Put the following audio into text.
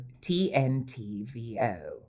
TNTVO